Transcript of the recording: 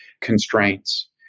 constraints